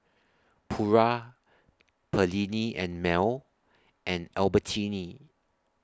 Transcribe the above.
Pura Perllini and Mel and Albertini